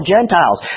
Gentiles